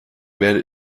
werde